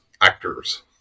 actors